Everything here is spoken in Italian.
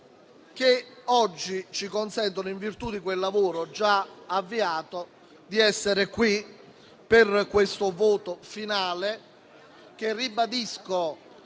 che oggi ci consentono, in virtù di quel lavoro già avviato, di essere qui per questo voto finale che - ribadisco